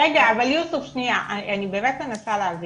רגע, אבל, יוסוף, שנייה, אני באמת מנסה להבין.